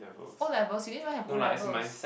O-levels you didn't even have O-levels